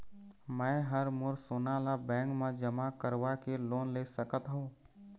मैं हर मोर सोना ला बैंक म जमा करवाके लोन ले सकत हो?